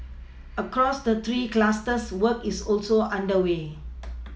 across the three clusters work is also underway